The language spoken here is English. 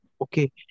Okay